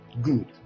Good